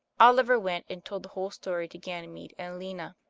oliver went and told the whole story to ganymede and aliena,